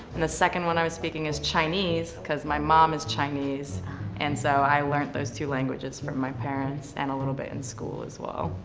and the second one i was speaking is chinese cause my mom is chinese and so i learned those two languages from my parents and a little bit in school as well.